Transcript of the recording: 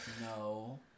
no